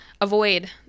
avoid